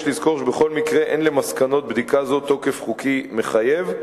יש לזכור שבכל מקרה אין למסקנות בדיקה זו תוקף חוקי מחייב,